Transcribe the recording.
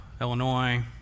Illinois